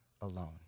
alone